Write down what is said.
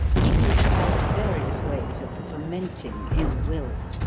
he contrived various ways of fomenting ill will.